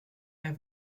have